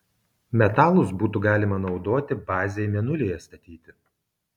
metalus būtų galima naudoti bazei mėnulyje statyti